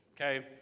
Okay